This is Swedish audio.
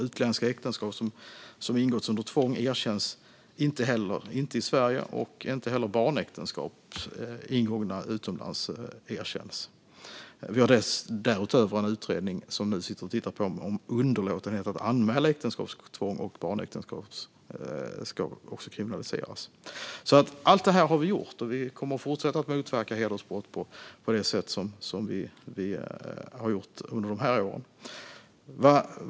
Utländska äktenskap som ingåtts under tvång och barnäktenskap som ingåtts utomlands erkänns inte i Sverige. Vi har därutöver en utredning som nu tittar på om underlåtenhet att anmäla äktenskapstvång och barnäktenskap också ska kriminaliseras. Allt detta har vi gjort, och vi kommer att fortsätta att motverka hedersbrott på det sätt som vi har gjort under dessa år.